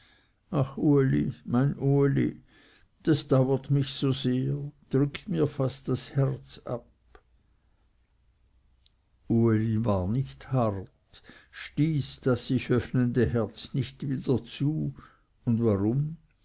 das dauert mich so sehr drückt mir fast das herz ab uli war nicht hart stieß das sich öffnende herz nicht wieder zu und warum